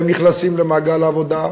והם נכנסים למעגל העבודה,